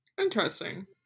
Interesting